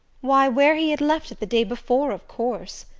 why where he had left it the day before, of course!